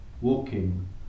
walking